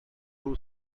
two